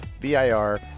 VIR